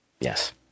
Yes